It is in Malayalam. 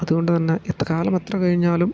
അത്കൊണ്ട് തന്നെ എത്ര കാലം എത്ര കഴിഞ്ഞാലും